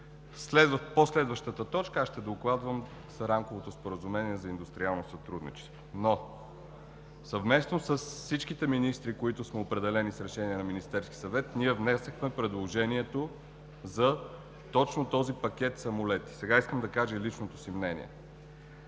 По-по-следващата точка аз ще докладвам за Рамковото споразумение за индустриално сътрудничество. Но съвместно с всичките министри, които сме определени с решение на Министерския съвет, ние внесохме предложението точно за този пакет самолети. Сега искам да кажа и личното си мнение.